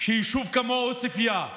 שיישוב כמו עוספיא,